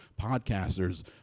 podcasters